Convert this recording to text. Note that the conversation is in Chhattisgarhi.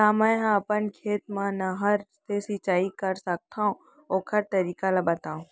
का मै ह अपन खेत मा नहर से सिंचाई कर सकथो, ओखर तरीका ला बतावव?